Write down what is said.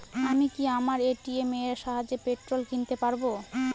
আমি কি আমার এ.টি.এম এর সাহায্যে পেট্রোল কিনতে পারব?